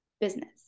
business